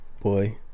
Boy